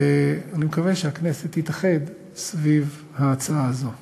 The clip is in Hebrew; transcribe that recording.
ואני מקווה שהכנסת תתאחד סביב ההצעה הזו.